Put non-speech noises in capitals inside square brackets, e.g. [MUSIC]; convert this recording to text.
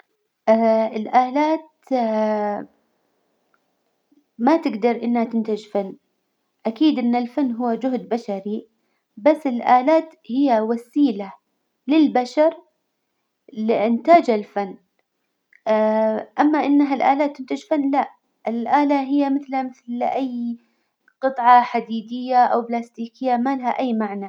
الآلات [HESITATION] ما تجدر إنها تنتج فن، أكيد إن الفن هو جهد بشري، بس الآلات هي وسيلة للبشر لإنتاج الفن [HESITATION] أما إنها الآلة تنتج فن لا، الآلة هي مثلها مثل أي قطعة حديدية أو بلاستيكية ما لها أي معنى.